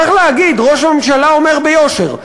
צריך להגיד שראש הממשלה אומר ביושר,